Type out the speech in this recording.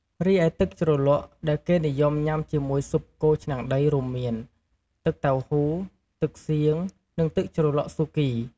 រីឯទឹកជ្រលក់ដែលគេនិយមញុំាជាមួយស៊ុបគោឆ្នាំងដីរួមមាន ទឹកតៅហ៊ូ ទឹកសៀង និងទឹកជ្រលក់ស៊ូគី។